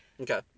Okay